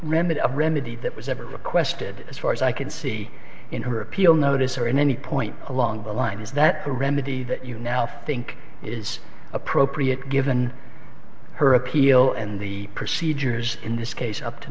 remedy a remedy that was ever requested as far as i can see in her appeal notice or in any point along the line is that the remedy that you now think is appropriate given her appeal and the procedures in this case up to